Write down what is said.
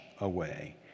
away